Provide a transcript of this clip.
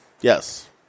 Yes